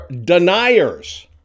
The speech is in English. deniers